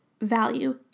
value